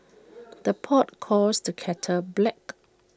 the pot calls the kettle black